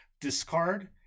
discard